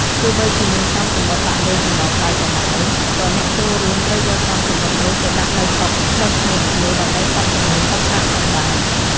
ទោះបីជាមានស្រោមសំបុត្រដាក់លុយចំណងដៃក៏ដោយ ក៏អ្នកចូលរួមត្រូវយកស្រោមសំបុត្រនោះទៅដាក់នៅតុចុះឈ្មោះភ្ញៀវ ដើម្បីកត់ចំនួនទឹកប្រាក់ផងដែរ។